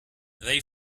they